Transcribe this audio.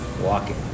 Walking